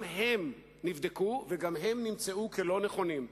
גם הם נבדקו וגם הם נמצאו לא נכונים.